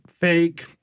Fake